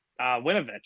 Winovich